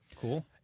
Cool